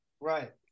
Right